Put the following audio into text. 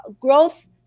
growth